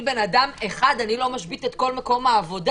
בן אדם אחד אני לא משבית את כל מקום העבודה.